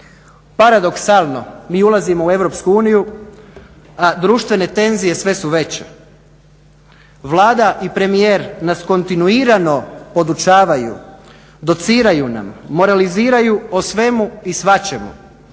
Paradoksalno mi ulazimo u EU a društvene tenzije sve su veće. Vlada i premijer nas kontinuirano podučavaju, dociraju nam, moraliziraju o svemu i svačemu,